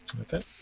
okay